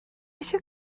eisiau